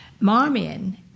Marmion